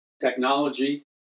technology